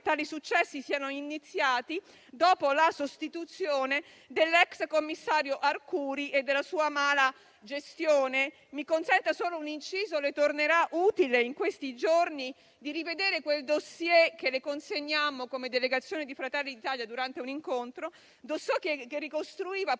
tali successi siano iniziati dopo la sostituzione dell'*ex* commissario Arcuri e della sua mala gestione. Mi consenta solo un inciso: le tornerà utile in questi giorni rivedere quel *dossier* che le consegnammo, come delegazione di Fratelli d'Italia, durante un incontro. Tale *dossier*